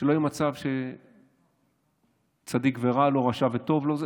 שלא יהיה מצב שצדיק ורע לו, רשע וטוב לו.